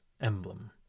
emblem